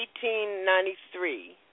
1893